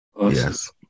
yes